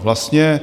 Vlastně